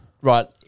Right